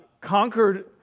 conquered